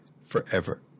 forever